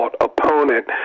opponent